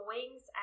Wings